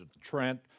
Trent